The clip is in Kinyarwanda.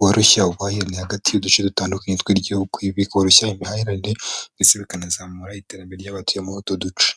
woroshya ubuhahirane hagati y'uduce dutandukanye tw'igihugu, bikoroshya imihahirane ndetse bikanazamura iterambere ry'abatuyemo muri utwo duce.